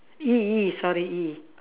E E sorry E